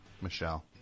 Michelle